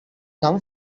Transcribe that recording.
come